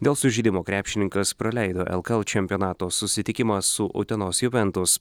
dėl sužeidimo krepšininkas praleido lkl čempionato susitikimą su utenos juventus